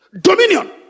Dominion